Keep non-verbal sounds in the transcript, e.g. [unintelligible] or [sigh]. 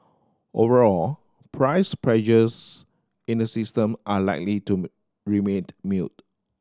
overall price pressures in the system are likely to [unintelligible] remained muted